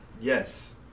Yes